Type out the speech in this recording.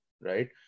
right